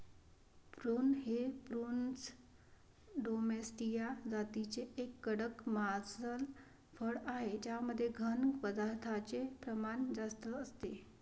prune हे प्रूनस डोमेस्टीया जातीचे एक कडक मांसल फळ आहे ज्यामध्ये घन पदार्थांचे प्रमाण जास्त असते